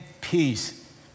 peace